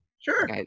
Sure